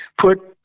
put